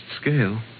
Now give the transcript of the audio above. scale